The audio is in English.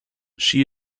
she